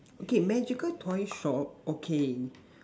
okay magical toy shop okay